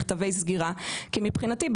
כי מבחינתי,